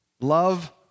Love